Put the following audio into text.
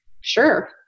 Sure